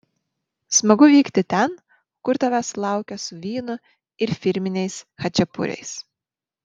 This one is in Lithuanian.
smagu vykti ten kur tavęs laukia su vynu ir firminiais chačiapuriais